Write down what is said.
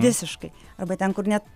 visiškai arba ten kur net